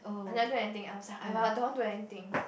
I never do anything else ya I don't want do anything